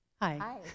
Hi